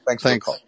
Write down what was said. Thanks